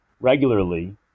regularly